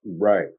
Right